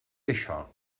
això